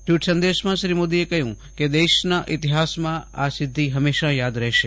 tweet સદેશમાં શ્રી મોદીએ કહ્યું કે દેશના ઈતિહાસમાં આ સિધ્ધી હંમેશાયાદ રહેશે